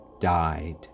died